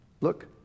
look